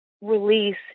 release